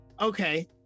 Okay